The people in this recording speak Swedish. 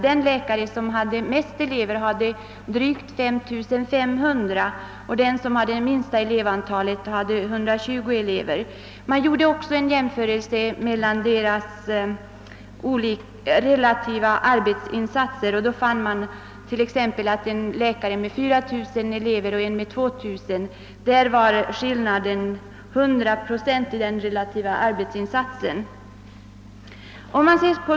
Den läkare som hade det största antalet skötte om drygt 5500 elever, medan läkaren med det minsta antalet hade 120 elever. Man gjorde också en jämförelse mellan läkarnas relativa arbetsinsatser och fann därvid t.ex. att skillnaden härvidlag för en läkare med 4 000 elever och en läkare med 2 000 elever uppgick till 100 procent.